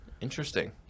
Interesting